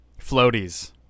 floaties